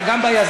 ואתה גם ביזמות,